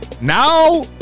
Now